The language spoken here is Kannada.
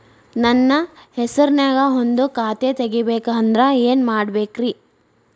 ನನ್ನ ಹೆಸರನ್ಯಾಗ ಒಂದು ಖಾತೆ ತೆಗಿಬೇಕ ಅಂದ್ರ ಏನ್ ಮಾಡಬೇಕ್ರಿ?